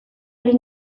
ari